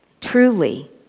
Truly